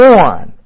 one